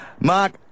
Mark